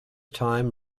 time